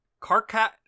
Carcat